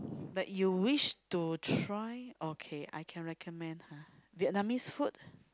that you wish to try okay I can recommend !huh! Vietnamese food